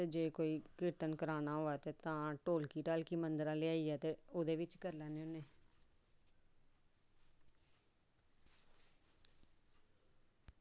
जे कोई कीर्तन कराना होऐ ते ढोलकी मंदरै दा लेई आइयै